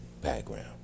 background